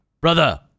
brother